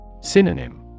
Synonym